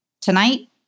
Tonight